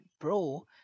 Pro